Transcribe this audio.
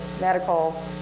medical